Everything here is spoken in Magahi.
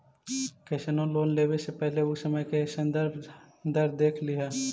कइसनो लोन लेवे से पहिले उ समय के संदर्भ दर देख लिहऽ